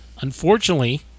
Unfortunately